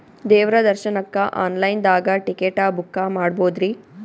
ದೇವ್ರ ದರ್ಶನಕ್ಕ online ದಾಗ ಟಿಕೆಟ ಬುಕ್ಕ ಮಾಡ್ಬೊದ್ರಿ?